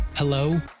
Hello